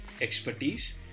expertise